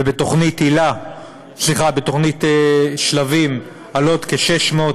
ובתוכנית שלבים על עוד כ-600,